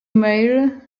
mail